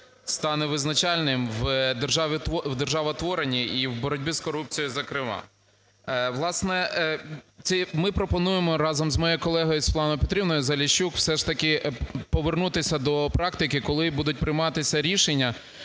стане визначальним в державотворенні і в боротьбі з корупцією зокрема. Власне, ми пропонуємо разом з моєю колегою Світланою Петрівною Заліщук все ж таки повернутися до практики, коли будуть прийматись рішення